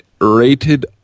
rated